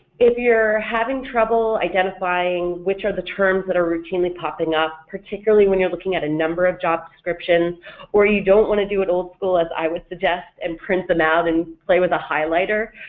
if you're having trouble identifying which are the terms that are routinely popping up, particularly when you're looking at a number of job descriptions or you don't want to do it old-school as i would suggest and print them out and play with a highlighter,